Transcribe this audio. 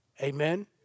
Amen